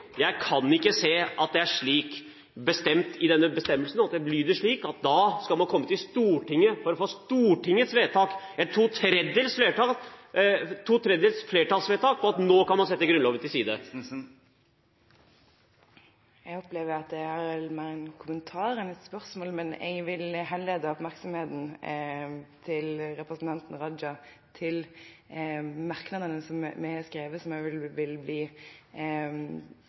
Jeg stiller det siste spørsmålet en gang til: Jeg kan ikke se at den bestemmelsen lyder slik at da skal man komme til Stortinget for å få Stortingets vedtak – at man ved et to tredjedels flertallsvedtak kan sette Grunnloven til side. Jeg opplever at dette er mer en kommentar enn et spørsmål. Jeg vil heller lede representanten Rajas oppmerksomhet til merknadene som vi har skrevet, og som også vil bli